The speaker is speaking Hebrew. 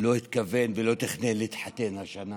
לא התכוון ולא תכנן להתחתן השנה,